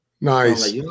Nice